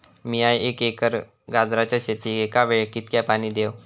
मीया एक एकर गाजराच्या शेतीक एका वेळेक कितक्या पाणी देव?